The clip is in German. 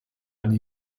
eine